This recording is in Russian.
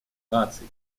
наций